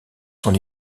sont